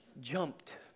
jumped